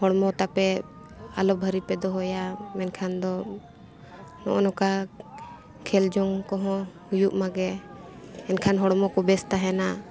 ᱦᱚᱲᱢᱚ ᱛᱟᱯᱮ ᱟᱞᱚ ᱵᱷᱟᱹᱨᱤ ᱯᱮ ᱫᱚᱦᱚᱭᱟ ᱢᱮᱱᱠᱷᱟᱱ ᱫᱚ ᱦᱚᱜᱼᱚᱸᱭ ᱱᱚᱠᱟ ᱠᱷᱮᱞ ᱡᱚᱝ ᱠᱚᱦᱚᱸ ᱦᱩᱭᱩᱜ ᱢᱟ ᱜᱮ ᱠᱷᱟᱱ ᱦᱚᱲᱢᱚ ᱠᱚ ᱵᱮᱥ ᱛᱟᱦᱮᱱᱟ